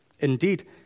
Indeed